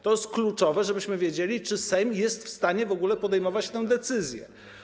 To jest kluczowe, żebyśmy wiedzieli, czy Sejm jest w stanie w ogóle podejmować tę decyzję.